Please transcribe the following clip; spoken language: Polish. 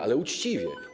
Ale uczciwie.